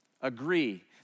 agree